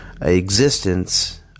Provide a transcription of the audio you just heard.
existence